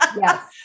Yes